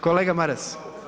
Kolega Maras.